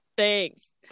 Thanks